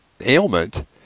ailment